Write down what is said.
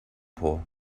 pool